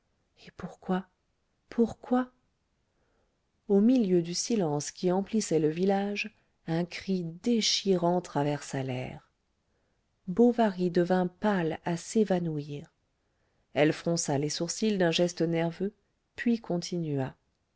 et pourquoi pourquoi au milieu du silence qui emplissait le village un cri déchirant traversa l'air bovary devint pâle à s'évanouir elle fronça les sourcils d'un geste nerveux puis continua